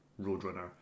Roadrunner